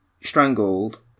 strangled